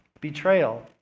Betrayal